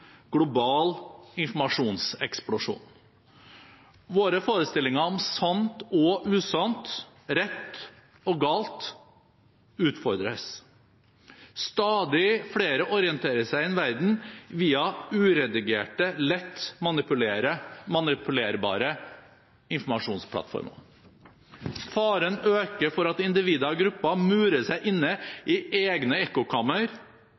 global informasjonseksplosjon. Våre forestillinger om sant og usant, rett og galt, utfordres. Stadig flere orienterer seg i verden via uredigerte, lett manipulerbare informasjonsplattformer. Faren øker for at individer og grupper murer seg inne i egne ekkokammer.